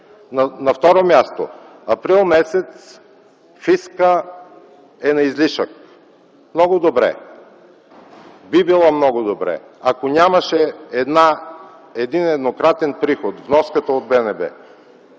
На второ място, м. април фискът е на излишък. Много добре. Би било много добре, ако нямаше един еднократен приход – вноската от БНБ.